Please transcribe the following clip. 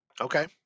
Okay